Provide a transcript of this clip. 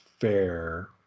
fair